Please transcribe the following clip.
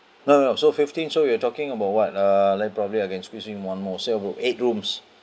no no so fifteen so we're talking about what uh like probably I can squeeze in one more say about eight rooms